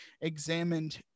examined